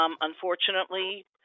unfortunately